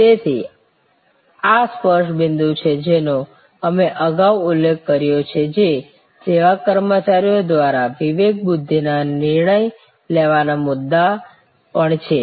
તેથી આ સ્પર્શ બિંદુ છે જેનો અમે અગાઉ ઉલ્લેખ કર્યો છે જે સેવા કર્મચારીઓ માટે વિવેકબુદ્ધિના નિર્ણય લેવાના મુદ્દા પણ છે